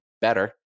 better